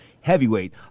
heavyweight